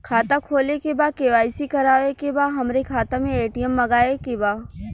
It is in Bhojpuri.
खाता खोले के बा के.वाइ.सी करावे के बा हमरे खाता के ए.टी.एम मगावे के बा?